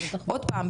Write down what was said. עוד פעם,